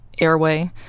airway